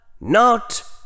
Not